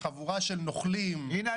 "חבורה של נוכלים" --- הינה,